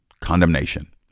condemnation